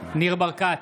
ניר ברקת,